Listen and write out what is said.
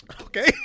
okay